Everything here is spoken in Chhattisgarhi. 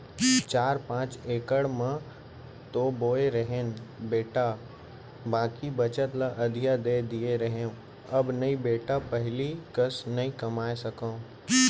चार पॉंच इकड़ म तो बोए रहेन बेटा बाकी बचत ल अधिया दे दिए रहेंव अब न बेटा पहिली कस नइ कमाए सकव